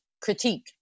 critique